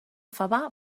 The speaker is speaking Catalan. favar